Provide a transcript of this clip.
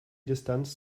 distanz